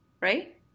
right